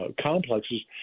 Complexes